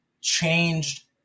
changed